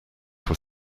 were